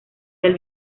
del